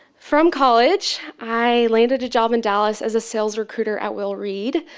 from college i landed a job in dallas as a sales recruiter at will reed.